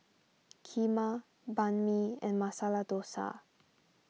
Kheema Banh Mi and Masala Dosa